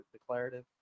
declarative